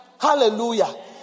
Hallelujah